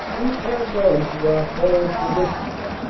we pass on to our forward positions.